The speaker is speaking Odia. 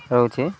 ରହୁଛି